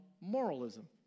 moralism